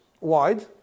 wide